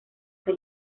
que